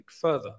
further